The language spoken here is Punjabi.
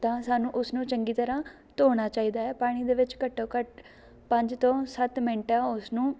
ਤਾਂ ਸਾਨੂੰ ਉਸ ਨੂੰ ਚੰਗੀ ਤਰ੍ਹਾਂ ਧੋਣਾ ਚਾਹੀਦਾ ਹੈ ਪਾਣੀ ਦੇ ਵਿੱਚ ਘੱਟੋ ਘੱਟ ਪੰਜ ਤੋਂ ਸੱਤ ਮਿੰਟ ਉਸ ਨੂੰ